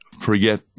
forget